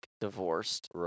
divorced